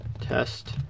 test